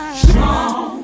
strong